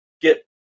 get